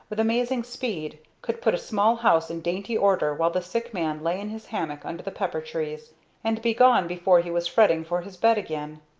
with amazing speed, could put a small house in dainty order while the sick man lay in his hammock under the pepper trees and be gone before he was fretting for his bed again.